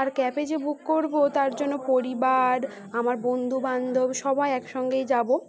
আর cab যে book করব তার জন্য পরিবার আমার বন্ধুবান্ধব সবাই একসঙ্গেই যাব